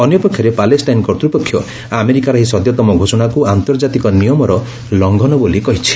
ଅନ୍ୟପକ୍ଷରେ ପାଲେଷ୍ଟାଇନ କର୍ତ୍ତ୍ୱପକ୍ଷ ଆମେରିକାର ଏହି ସଦ୍ୟତମ ଘୋଷଣାକୁ ଆନ୍ତର୍ଜତ୍ତିକ ନିୟମର ଲଙ୍ଘନ ବୋଲି କହିଛି